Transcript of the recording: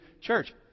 church